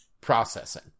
processing